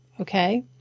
okay